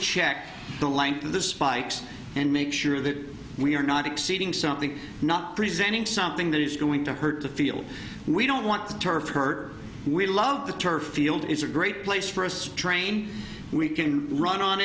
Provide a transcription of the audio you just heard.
check the length of the spikes and make sure that we are not exceeding something not presenting something that is going to hurt the field we don't want to turf her we love the turf field is a great place for us to train we can run on